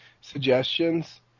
suggestions